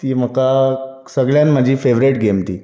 ती म्हाका सगल्यांत म्हजी फेवरेट गेम ती